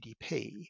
GDP